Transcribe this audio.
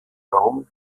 jean